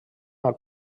han